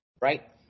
Right